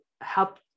help